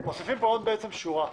מוסיפים כאן עוד פסקה.